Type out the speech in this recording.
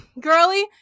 girly